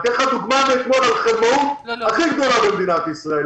אציג לך דוגמה מאתמול על החלמאות הכי גדולה במדינת ישראל.